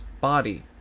body